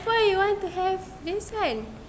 for you want to have this [one]